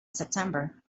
september